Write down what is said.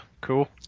cool